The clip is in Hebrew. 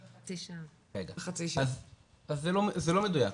אז זה לא מדויק.